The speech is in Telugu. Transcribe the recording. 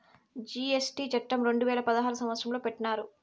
జీ.ఎస్.టీ చట్టం రెండు వేల పదహారు సంవత్సరంలో పెట్టినారు